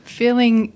feeling